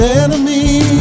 enemy